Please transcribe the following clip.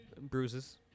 Bruises